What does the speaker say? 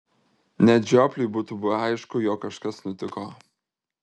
net žiopliui būtų buvę aišku jog kažkas nutiko